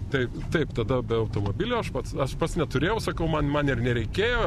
taip taip tada be automobilio aš pats aš pats neturėjau sakau man man ir nereikėjo